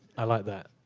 i like that.